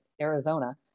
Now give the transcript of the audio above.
Arizona